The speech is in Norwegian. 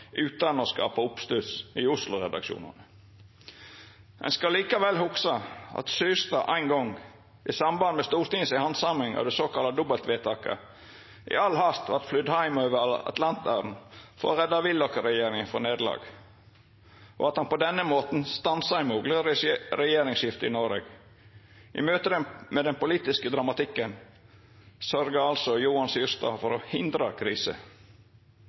utan å skapa oppstuss i Oslo-redaksjonane. Ein skal likevel hugsa at Syrstad ein gong, i samband med Stortinget si handsaming av det såkalla dobbeltvedtaket, i all hast vart flydd heim over Atlanteren for å redda Willoch-regjeringa frå nederlag, og at han på denne måten stansa eit mogleg regjeringsskifte i Noreg. I møte med den politiske dramatikken sørgde altså Johan Syrstad for å hindra krise.